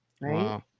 Right